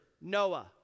Noah